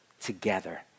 together